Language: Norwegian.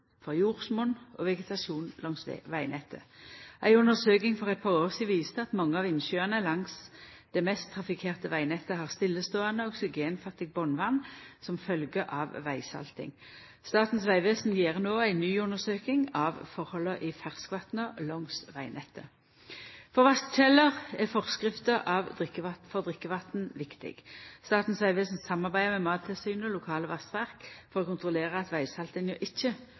ferskvatn, jordsmonn og vegetasjon langs vegnettet. Ei undersøking for eit par år sidan viste at mange av innsjøane langs det mest trafikkerte vegnettet har stilleståande, oksygenfattig botnvatn som følgje av vegsalting. Statens vegvesen gjer no ei ny undersøking av tilhøva i ferskvatna langs vegnettet. For vasskjelder er forskrifta for drikkevatn viktig. Statens vegvesen samarbeider med Mattilsynet og lokale vassverk for å kontrollera at vegsaltinga ikkje